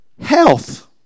health